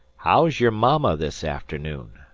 how's your mamma this afternoon?